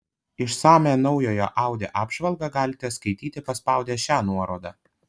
išsamią naujojo audi apžvalgą galite skaityti paspaudę šią nuorodą